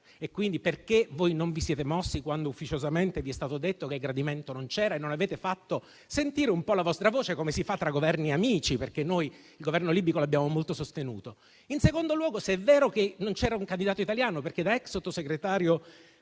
è vera; perché non vi siete mossi quando ufficiosamente vi è stato detto che il gradimento non c'era; perché non avete fatto sentire un po' la vostra voce, come si fa tra Governi amici. E noi il Governo libico l'abbiamo molto sostenuto. In secondo luogo, chiedo se è vero che non c'era un candidato italiano. Da *ex* Sottosegretario